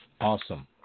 Awesome